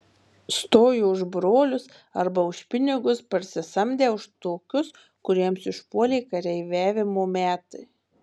stojo už brolius arba už pinigus parsisamdę už tokius kuriems išpuolė kareiviavimo metai